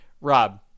Rob